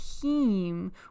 team